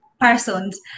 Persons